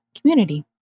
community